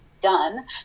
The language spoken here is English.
Done